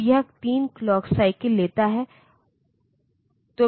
तो इन मूल्यों को देखकर आप समझ सकते हैं कि प्रोसेसर अब क्या कर रहा है